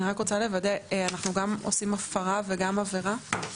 אני רוצה לוודא אנחנו עושים גם הפרה וגם עבירה?